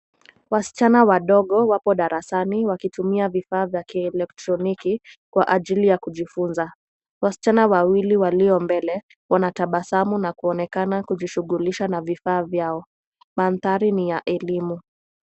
Wasichana wadogo wapo darasani wakitumia vifaa za elektroniki kwa ajili ya kujifunza. Wasichna wawili walio mbele wanatabasamu na kuonekana kujishughulisha na vifaa vyao .Mandhari ni ya elimu.